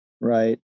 right